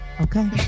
okay